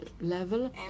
level